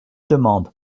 demande